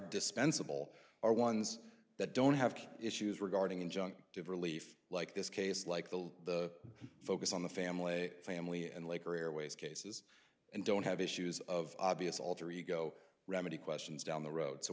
dispensable are ones that don't have key issues regarding injunctive relief like this case like the focus on the family family and laker airways cases and don't have issues of obvious alter ego remedy questions down the road so